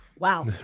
Wow